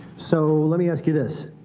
so let me ask you this.